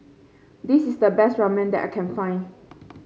this is the best Ramen that I can find